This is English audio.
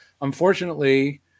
unfortunately